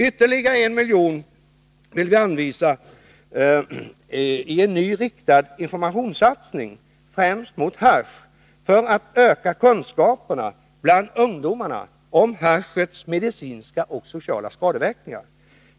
Ytterligare 1 milj.kr. anvisas i en ny riktad informationssatsning mot främst hasch för att öka kunskaperna bland ungdomarna om haschets medicinska och sociala skadeverkningar.